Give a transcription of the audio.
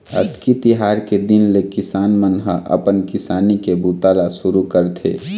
अक्ती तिहार के दिन ले किसान मन ह अपन किसानी के बूता ल सुरू करथे